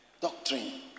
doctrine